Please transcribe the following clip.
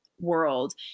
World